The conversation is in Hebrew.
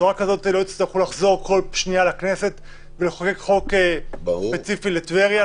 בצורה כזאת לא יצטרכו לחזור בכל שנייה לכנסת ולחוקק חוק ספציפי לטבריה,